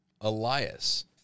Elias